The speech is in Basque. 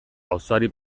auzoari